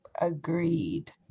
agreed